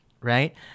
right